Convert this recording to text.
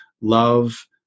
love